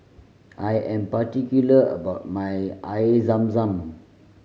I am particular about my Air Zam Zam